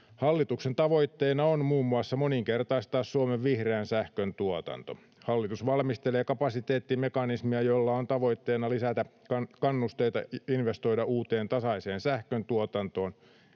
Hallituksen tavoitteena on muun muassa moninkertaistaa Suomen vihreän sähkön tuotanto. Hallitus valmistelee kapasiteettimekanismia, jolla on tavoitteena lisätä kannusteita investoida uuteen, tasaiseen sähköntuotantoon